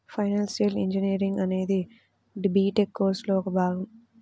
financial engineering అనేది B Tech కోర్సులో ఒక భాగం